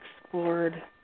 explored